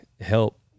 help